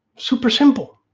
super simple,